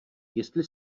jestli